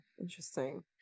Interesting